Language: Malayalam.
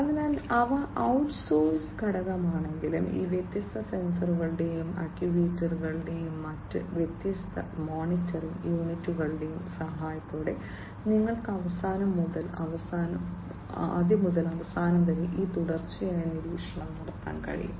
അതിനാൽ അവ ഔട്ട്സോഴ്സ് ഘടകമാണെങ്കിലും ഈ വ്യത്യസ്ത സെൻസറുകളുടെയും ആക്യുവേറ്ററുകളുടെയും മറ്റ് വ്യത്യസ്ത മോണിറ്ററിംഗ് യൂണിറ്റുകളുടെയും സഹായത്തോടെ നിങ്ങൾക്ക് അവസാനം മുതൽ അവസാനം വരെ ഈ തുടർച്ചയായ നിരീക്ഷണം നടത്താൻ കഴിയും